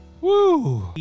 Woo